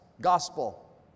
gospel